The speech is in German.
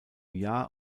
jahr